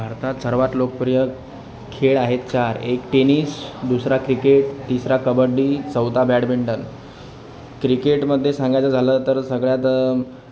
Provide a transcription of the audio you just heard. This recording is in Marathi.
भारतात सर्वात लोकप्रिय खेळ आहेत चार एक टेनिस दुसरा क्रिकेट तिसरा कबड्डी चौथा बॅडमिंटन क्रिकेटमध्ये सांगायचं झालं तर सगळ्यात